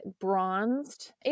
bronzed